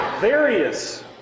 various